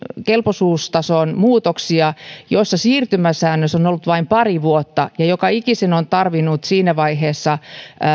kelpoisuustason muutoksia joissa siirtymäsäännös on on ollut vain pari vuotta ja joka ikisen on tarvinnut siinä vaiheessa